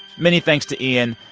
many thanks to ian.